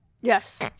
Yes